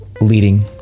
leading